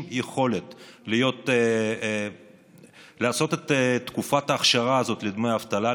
יכולת לעשות את תקופה האכשרה הזאת לדמי האבטלה,